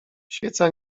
świeca